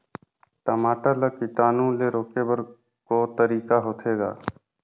टमाटर ला कीटाणु ले रोके बर को तरीका होथे ग?